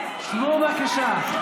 שבו, בבקשה.